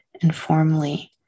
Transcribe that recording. informally